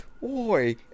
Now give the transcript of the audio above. boy